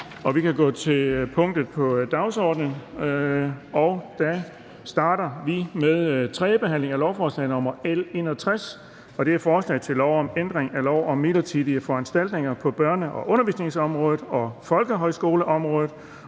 --- Det første punkt på dagsordenen er: 1) 3. behandling af lovforslag nr. L 61: Forslag til lov om ændring af lov om midlertidige foranstaltninger på børne- og undervisningsområdet og folkehøjskoleområdet